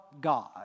God